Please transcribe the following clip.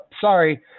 sorry